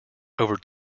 over